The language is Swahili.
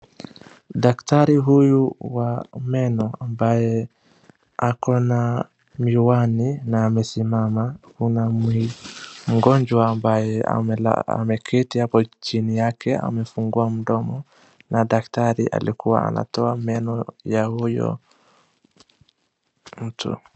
Daktari huyu wa meno ambaye ako na miwani na amesimama, kuna mgonjwa ambaye amela, ameketi hapo chini yake amefungua mdomo, na daktari alikua anatoa meno ya huyo mtu.